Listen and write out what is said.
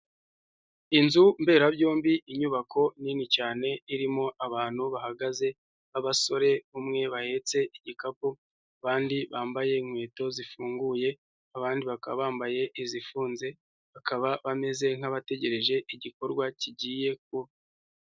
Inzu mberabyombi, inyubako nini cyane irimo abantu bahagaze b'abasore, umwe wahetse igikapu, abandi bambaye inkweto zifunguye, abandi bakaba bambaye izifunze, bakaba bameze nk'abategereje igikorwa kigiye kuba.